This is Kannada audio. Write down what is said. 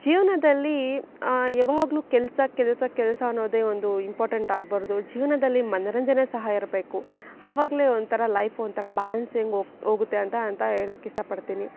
ಜೀವನದಲ್ಲಿ ಯಾವಾಗಲೂ ಕೆಲಸ ಕೆಲಸ ಕೆಲಸ ಅನ್ನೋದೇ ಒಂದು ಇಂಪಾರ್ಟೆಂಟ್ ಆಗ್ಬಾರ್ದು ಜೀವನದಲ್ಲಿ ಮನೋರಂಜನೆ ಸಹ ಇರಬೇಕು ಆವಾಗಲೇ ಒಂಥರ ಲೈಫು ಒಂಥರ ಬ್ಯಾಲೆನ್ಸಿಂಗ್ ಹೋಗಿ ಹೋಗುತ್ತೆ ಅಂತ ಅಂತ ಹೇಳಕ್ಕೆ ಇಷ್ಟಪಡ್ತೀನಿ